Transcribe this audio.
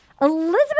Elizabeth